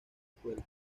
escuela